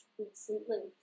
recently